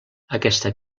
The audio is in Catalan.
aquesta